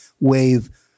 wave